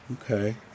okay